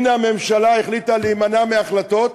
הנה הממשלה החליטה להימנע מהחלטות,